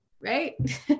right